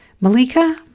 Malika